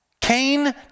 Cain